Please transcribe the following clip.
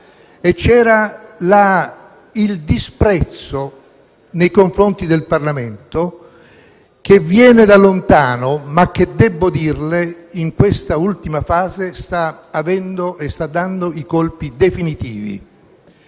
ovvero il disprezzo nei confronti del Parlamento, che viene da lontano, ma che in questa ultima fase sta dando i colpi definitivi.